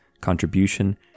contribution